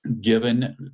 given